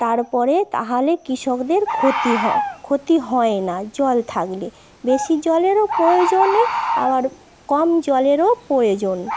তারপরে তাহালে কৃষকদের ক্ষতি হয় ক্ষতি হয় না জল থাকলে বেশি জলেরও প্রয়োজন নেই আবার কম জলেরও প্রয়োজন